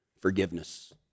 forgiveness